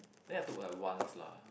then I took like once lah